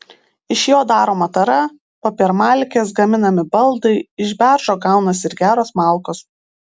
iš jo daroma tara popiermalkės gaminami baldai iš beržo gaunasi ir geros malkos